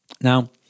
Now